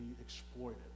exploited